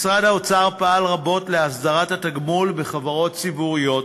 משרד האוצר פעל רבות להסדרת התגמול בחברות ציבוריות,